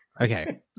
Okay